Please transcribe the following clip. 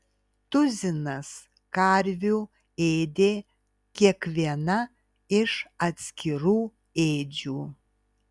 tuzinas karvių ėdė kiekviena iš atskirų ėdžių